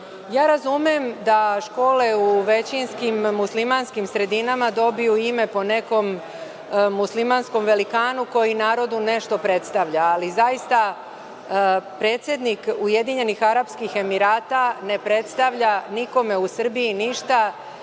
Ja razumem da škole u većinskim muslimanskim sredinama dobiju ime po nekom muslimanskom velikanu koji narodu nešto predstavlja. Ali, zaista predsednik UAR ne predstavlja nikome u Srbiji ništa,